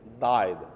died